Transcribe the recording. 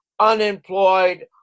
unemployed